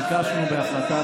ביקשנו בהחלטת